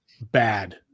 bad